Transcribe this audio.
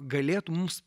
galėtų mums